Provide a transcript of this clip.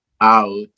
out